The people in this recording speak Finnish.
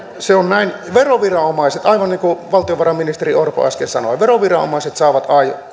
se on näin aivan niin kuin valtiovarainministeri orpo äsken sanoi veroviranomaiset saavat